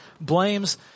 blames